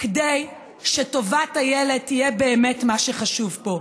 כדי שטובת הילד תהיה באמת מה שחשוב פה,